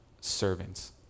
servants